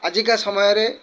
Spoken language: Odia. ଆଜିକା ସମୟରେ